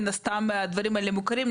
מן הסתם הדברים האלה מוכרים לי,